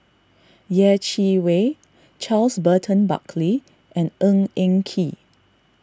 Yeh Chi Wei Charles Burton Buckley and Ng Eng Kee